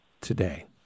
today